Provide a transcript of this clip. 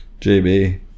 JB